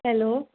hello